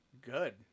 good